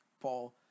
paul